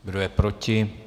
Kdo je proti?